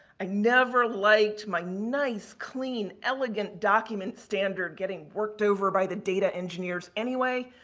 i never liked my nice clean elegant document standard getting worked over by the data engineers anyway.